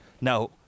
now